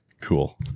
cool